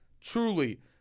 Truly